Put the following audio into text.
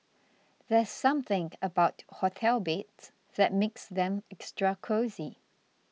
there's something about hotel beds that makes them extra cosy